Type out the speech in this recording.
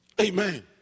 Amen